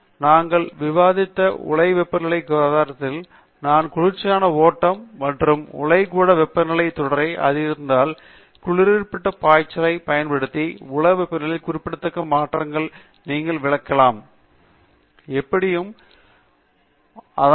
நாங்கள் விவாதித்த உலை வெப்பநிலையின் உதாரணத்தில் நான் குளிர்ச்சியான ஓட்டம் மற்றும் உலைக்கூட வெப்பநிலை தொடரை அளித்திருந்தால் குளிரூட்டப் பாய்ச்சலைப் பயன்படுத்தி உலை வெப்பநிலையில் குறிப்பிடத்தக்க மாற்றங்களை நீங்கள் விளக்கலாம் இன்னும் வெப்பநிலையில் ஏதோ ஒன்று இருக்கும் இது சென்சார் சத்தம் காரணமாக இருக்கும் ஒரு குளிர்ச்சியான ஓட்டத்தை நீங்கள் விளக்க முடியாது அங்கு நீங்கள் தீர்மானகரமான மற்றும் சீரற்ற செயல்முறை கலவை உள்ளது